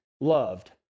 loved